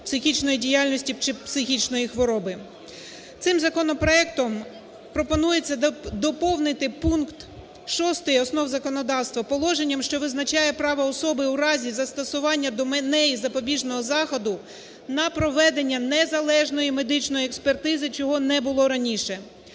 психічної діяльності чи психічної хвороби. Цим законопроектом пропонується доповнити пункт 6 основ законодавства положенням, що визначає право особи в разі застосування до неї запобіжного заходу на проведення незалежної медичної експертизи, чого не було раніше.